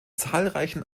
zahlreichen